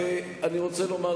אני רוצה לומר,